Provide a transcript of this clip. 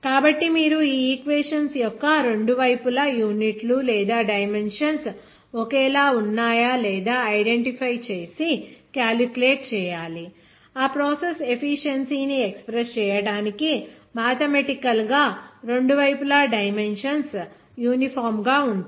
కాబట్టి మీరు ఈక్వేషన్స్ యొక్క రెండు వైపుల యూనిట్లు లేదా డైమెన్షన్స్ ఒకేలా ఉన్నాయా లేదా ఐడెంటిఫై చేసి కాలిక్యులేట్ చేయాలి ఆ ప్రాసెస్ ఎఫిషియన్సీ ని ఎక్స్ ప్రెస్ చేయడానికి మాథెమటికల్ గా రెండు వైపులా డైమెన్షన్స్ యూనిఫామ్ గా ఉంటాయి